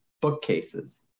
bookcases